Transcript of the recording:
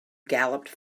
galloped